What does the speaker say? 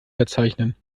verzeichnen